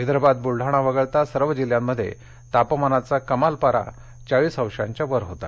विदर्भात बूलढाणा वगळता सर्व जिल्ह्यांमध्ये तापमानाचा कमाल पारा चाळीस अंशांच्या वर होता